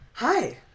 Hi